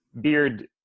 beard